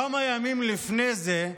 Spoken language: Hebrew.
כמה ימים לפני זה,